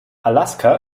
alaska